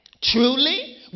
Truly